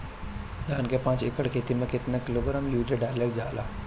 धान के पाँच एकड़ खेती में केतना किलोग्राम यूरिया डालल जाला?